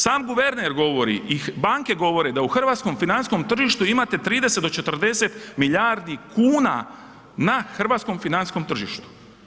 Sam guverner govori i banke govore da u hrvatskom financijskom tržištu imate 30 do 40 milijardi kuna na hrvatskom financijskom tržištu.